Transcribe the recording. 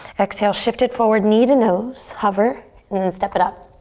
exhale, shift it forward, knee to nose. hover and then step it up.